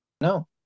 no